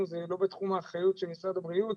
זה לא בתחום האחריות של משרד הבריאות.